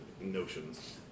notions